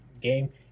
game